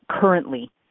currently